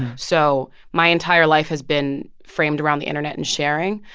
so my entire life has been framed around the internet and sharing.